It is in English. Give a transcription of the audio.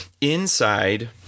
inside